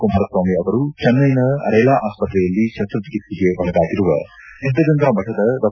ಕುಮಾರಸ್ವಾಮಿ ಅವರು ಚೆನ್ನೈನ ರೇಲಾ ಆಸ್ಪತ್ರೆಯಲ್ಲಿ ಶಸ್ತಚಿಕಿತ್ಸೆಗೆ ಒಳಗಾಗಿರುವ ಒದ್ದಗಂಗಾ ಮಠದ ಡಾ